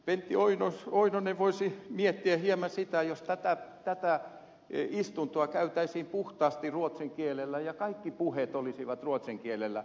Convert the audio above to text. pentti oinonen voisi miettiä hieman sitä jos tätä istuntoa käytäisiin puhtaasti ruotsin kielellä ja kaikki puheet olisivat ruotsin kielellä